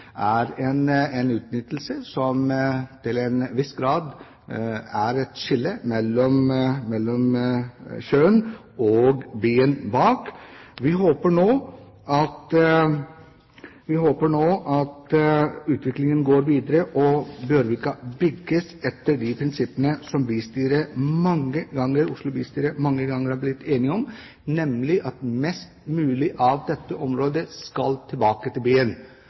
er en utnyttelse som til en viss grad er et skille mellom sjøen og byen bak. Vi håper nå at utviklingen går videre, og at Bjørvika bygges etter de prinsippene som Oslos bystyremedlemmer mange ganger har blitt enige om, nemlig at mest mulig av dette området skal tilbake til byen.